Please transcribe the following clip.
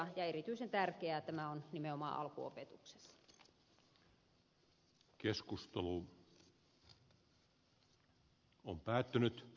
ja erityisen tärkeää tämä on nimenomaan alkuopetuksessa